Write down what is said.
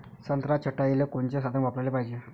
संत्रा छटाईले कोनचे साधन वापराले पाहिजे?